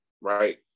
right